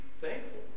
thankful